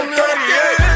38